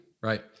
Right